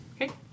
Okay